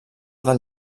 del